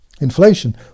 Inflation